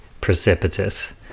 precipitous